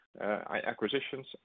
acquisitions